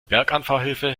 berganfahrhilfe